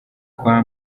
kwa